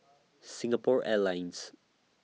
Singapore Airlines